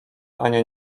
ania